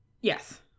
yes